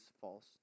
false